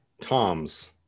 Tom's